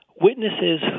witnesses